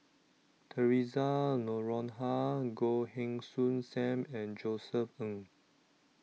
Theresa Noronha Goh Heng Soon SAM and Josef Ng